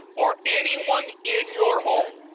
or anyone in your home,